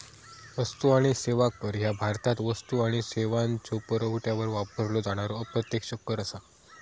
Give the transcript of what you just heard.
वस्तू आणि सेवा कर ह्या भारतात वस्तू आणि सेवांच्यो पुरवठ्यावर वापरलो जाणारो अप्रत्यक्ष कर असा